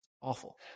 Awful